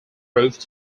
proved